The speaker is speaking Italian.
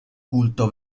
culto